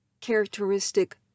characteristic